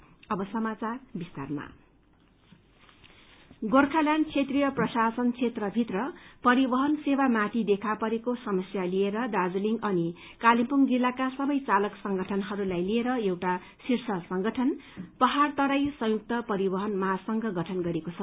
hill transport Gorkhaland क्षेत्रिय प्रशासन क्षेत्र भित्र परिवहन सेवा माथि देखा परेको समस्या लिएर दीर्जलिङ अनि कालेबुङ जिल्लाका सबै चालक संगठनहरूलई लिएर एउटा शीष्र संगठन पहाड़ तराई संयुक्त परिवहन महासंघ गठन गरिएको छ